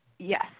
Yes